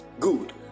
good